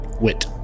Wit